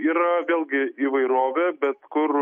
yra vėlgi įvairovė bet kur